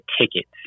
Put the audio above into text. tickets